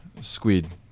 squid